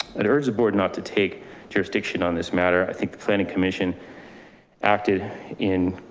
i'd urge the board not to take jurisdiction on this matter. i think the planning commission acted in.